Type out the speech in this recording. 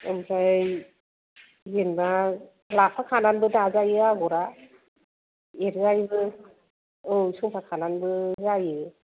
ओमफ्राय जेन'बा लाफाखानानैबो दाजायो आगरआ एरजायोबो औ सोंफाखानानैबो जायो